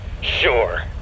Sure